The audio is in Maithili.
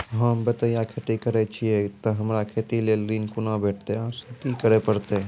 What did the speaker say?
होम बटैया खेती करै छियै तऽ हमरा खेती लेल ऋण कुना भेंटते, आर कि सब करें परतै?